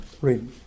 read